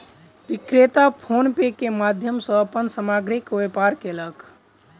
विक्रेता PhonePe के माध्यम सॅ अपन सामग्रीक व्यापार कयलक